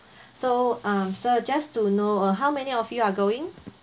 so um sir just to know uh how many of you are going